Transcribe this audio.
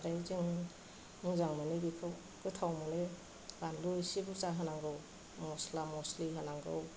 जों मोजां मोनो बेखौ गोथाव मोनो बानलु इसे बुरजा होनांगौ मस्ला मस्लि होनांगौ